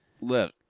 look